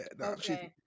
okay